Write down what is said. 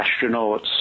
astronauts